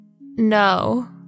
no